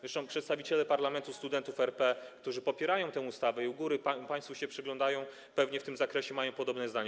Zresztą przedstawiciele Parlamentu Studentów RP, którzy popierają tę ustawę i z góry państwu się przyglądają, pewnie w tym zakresie mają podobne zdanie.